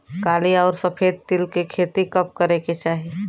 काली अउर सफेद तिल के खेती कब करे के चाही?